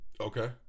Okay